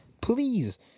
Please